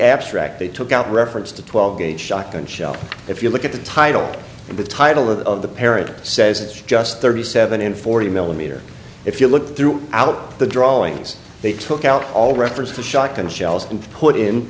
abstract they took out reference to twelve gauge shotgun shells if you look at the title and the title of the parent it says it's just thirty seven and forty millimeter if you look through out the drawings they took out all reference to shock and shells and put in